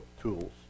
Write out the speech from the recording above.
tools